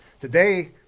Today